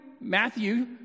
Matthew